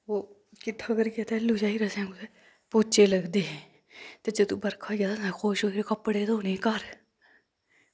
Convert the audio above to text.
ओह् किट्ठा करियै तैह्ल्लूं जाई र असैं कुतै पोच्चे लगदे हे ते जदूं बरखा होईया ता असैं खुश होईयै कपड़े धोने घर